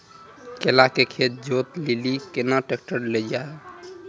केला के खेत जोत लिली केना ट्रैक्टर ले लो जा?